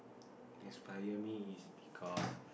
inspire me is because